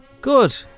Good